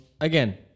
again